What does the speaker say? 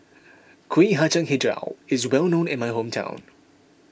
Kuih Kacang HiJau is well known in my hometown